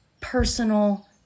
personal